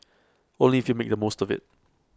only if you make the most of IT